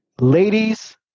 Ladies